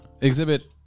exhibit